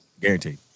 Guaranteed